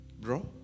Bro